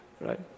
Right